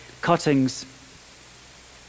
cuttings